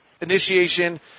initiation